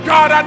God